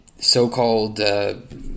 so-called